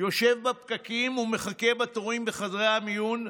יושב בפקקים ומחכה בתורים בחדרי המיון,